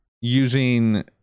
using